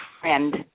friend